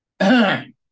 Okay